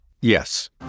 Yes